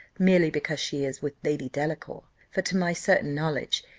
merely because she is with lady delacour for to my certain knowledge,